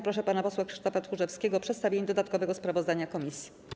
Proszę pana posła Krzysztofa Tchórzewskiego o przedstawienie dodatkowego sprawozdania komisji.